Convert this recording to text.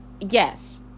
Yes